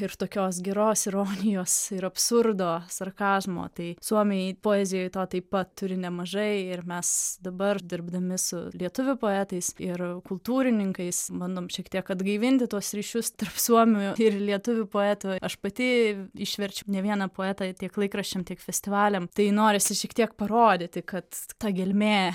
ir tokios geros ironijos ir absurdo sarkazmo tai suomiai poezijoj to taip pat turi nemažai ir mes dabar dirbdami su lietuvių poetais ir kultūrininkais bandom šiek tiek atgaivinti tuos ryšius tarp suomių ir lietuvių poetų aš pati išverčiau ne vieną poetą tiek laikraščiam tiek festivaliam tai norisi šiek tiek parodyti kad ta gelmė